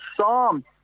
psalm